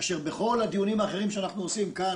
כאשר בכל הדיונים האחרים שאנחנו עושים כאן